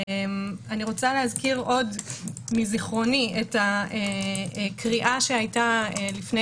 אני רוצה להזכיר עוד מזיכרוני את הקריאה שהייתה לפני